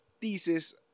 thesis